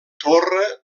torre